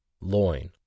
loin